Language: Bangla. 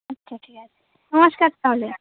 আচ্ছা ঠিক আছে নমস্কার তাহলে